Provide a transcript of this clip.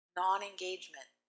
non-engagement